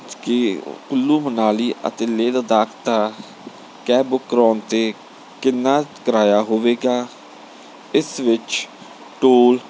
ਕੀ ਕੁੱਲੂ ਮਨਾਲੀ ਅਤੇ ਲੇਹ ਲੱਦਾਖ ਦਾ cab book ਕਰਵਾਉਣ ਅਤੇ ਕਿੰਨਾ ਕਿਰਾਇਆ ਹੋਵੇਗਾ ਇਸ ਵਿੱਚ ਟੋਲ